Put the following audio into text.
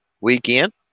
weekend